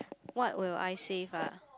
what will I save ah